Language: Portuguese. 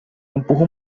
empurra